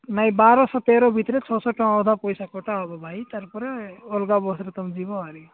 ନାଇଁ ବାରଶହ ତେର ଭିତରେ ଛଅଶହ ଟଙ୍କା ଅଧା ପଇସା କଟା ହେବ ଭାଇ ତାର ପରେ ଅଲଗା ବସରେ ତୁମେ ଯିବ